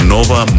Nova